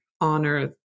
honor